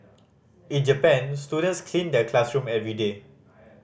in Japan students clean their classroom every day